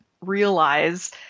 realize